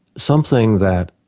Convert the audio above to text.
something that